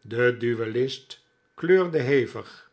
de duellist kleurde hevig